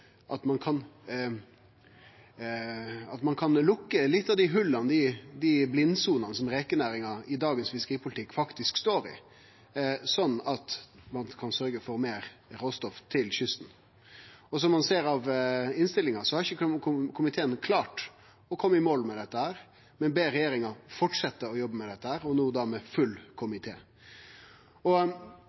at ein kan lukke nokre av dei hòla, dei blindsonene, som rekenæringa i dagens fiskeripolitikk faktisk står i, sånn at ein kan sørgje for meir råstoff til kysten. Som ein ser av innstillinga, har ikkje komiteen klart å kome i mål med dette, men ber regjeringa fortsetje å jobbe med det – og no med full